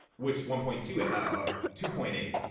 which one point two or two point eight.